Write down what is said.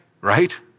Right